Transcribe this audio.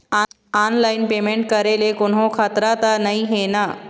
Online payment करे ले कोन्हो खतरा त नई हे न?